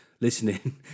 listening